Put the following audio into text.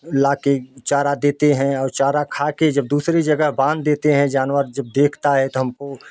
लाके चारा देते है और चारा खाके दूसरे जगह बांध देते है जानवर जब देखता तो हमको